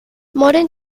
modern